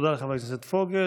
תודה לחבר הכנסת פוגל.